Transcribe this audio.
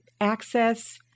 access